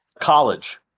college